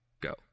Go